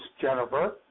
Jennifer